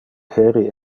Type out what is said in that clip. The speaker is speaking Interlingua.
heri